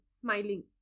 smiling